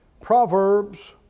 Proverbs